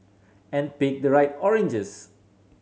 and pick the right oranges